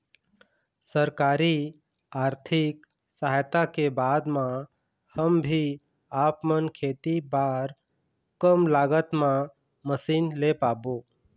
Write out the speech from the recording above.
सरकारी आरथिक सहायता के बाद मा हम भी आपमन खेती बार कम लागत मा मशीन ले पाबो?